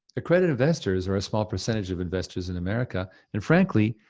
accredited investors are a small percentage of investors in america, and frankly,